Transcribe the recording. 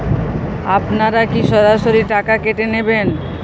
আপনারা কি সরাসরি টাকা কেটে নেবেন?